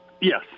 Yes